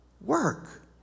work